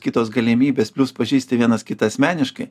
kitos galimybės plius pažįsti vienas kitą asmeniškai